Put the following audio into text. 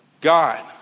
God